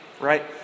Right